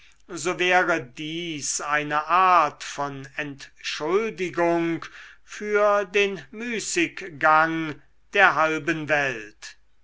so wäre dies eine art von entschuldigung für den müßiggang der halben welt